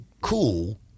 cool